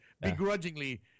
begrudgingly